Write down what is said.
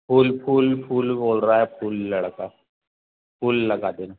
फूल फूल फूल बोल रहा है फूल लड़का फूल लगा देना